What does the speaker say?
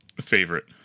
favorite